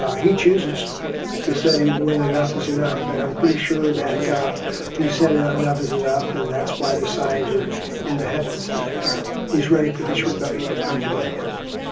he chooses to say when enough is enough and i'm pretty sure he said ah enough is enough and that's why the signs are in the heavens that he's ready for this rebellion to come to an end.